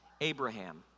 Abraham